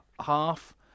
half